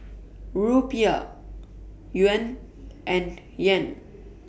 Rupiah Yuan and Yen